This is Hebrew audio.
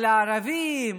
על הערבים,